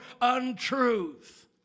untruth